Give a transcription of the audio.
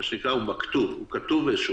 מה שנקרא: הוא מכתוב, הוא כתוב באיזה שהוא